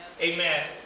Amen